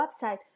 website